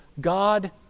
God